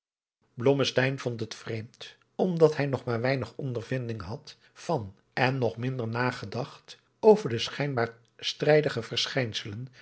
vond het vreemd omdat hij nog maar weinig ondervinding had van en nog minder nagedacht over de schijnbaar strijdige verschijnselen